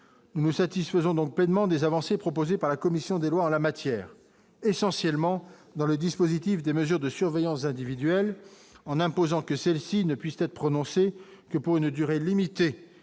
nous nous satisfaisons donc pleinement des avancées proposées par la commission des lois, en la matière, essentiellement dans le dispositif des mesures de surveillance individuelle en imposant que celle-ci ne puisse être prononcée que pour une durée limitée